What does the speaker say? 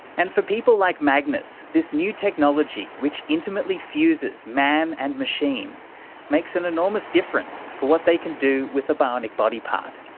and for people like magnus, this new technology which intimately fuses man and machine makes an enormous difference for what they can do with a bionic body part.